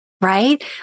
right